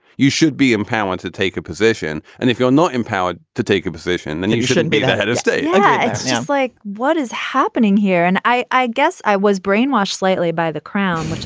you should be empowered to take a position. and if you're not empowered to take a position and you shouldn't be the head of state yeah it sounds like what is happening here, and i i guess i was brainwashed slightly by the crowd,